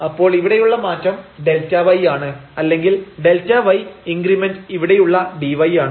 അപ്പോൾ ഇവിടെയുള്ള മാറ്റം Δy ആണ് അല്ലെങ്കിൽ Δy ഇൻഗ്രിമെന്റ് ഇവിടെയുള്ള dy ആണ്